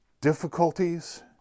difficulties